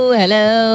hello